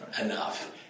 enough